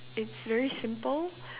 it's very simple